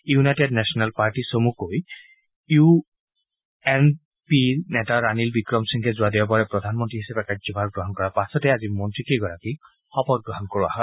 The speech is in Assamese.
ইউনাইটেড নেশ্যনেল পাৰ্টী চমুকৈ ইউ এন পিৰ নেতা ৰনিল বিক্ৰম সিংঘে যোৱা দেওবাৰে প্ৰধানমন্ত্ৰী হিচাপে কাৰ্যভাৰ গ্ৰহণ কাৰাৰ পাছতে আজি মন্ত্ৰীকেইগৰাকীক শপতগ্ৰহণ কৰোৱা হয়